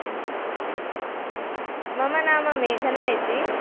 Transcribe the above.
ह्म् ह्म् ह्म् मम नाम मेघना इति